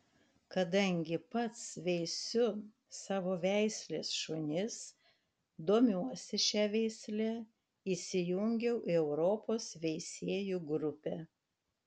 kadangi pats veisiu savo veislės šunis domiuosi šia veisle įsijungiau į europos veisėjų grupę